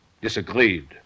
disagreed